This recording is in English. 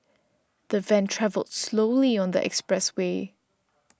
the van travelled slowly on the expressway